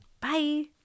Bye